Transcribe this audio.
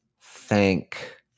thank